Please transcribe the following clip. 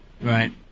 Right